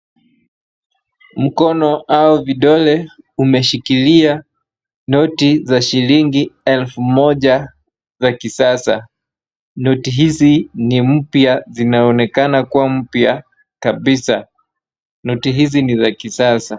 Mkono au vidole umeshikilia noti za shilingi elfu moja , za kisasa .Noti hizi ni mpya zinaonekana kuwa mpya kabisa, hizi ni za kisasa.